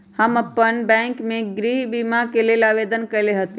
हम अप्पन बैंक में गृह बीमा के लेल आवेदन कएले हति